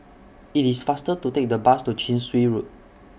IT IS faster to Take The Bus to Chin Swee Road